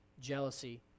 jealousy